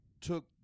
took